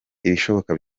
ibishoboka